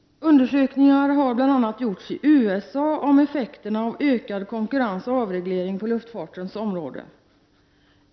Undersökningar har gjorts i bl.a. USA om effekterna av ökad konkurrens och avreglering på luftfartens område.